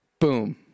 Boom